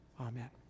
Amen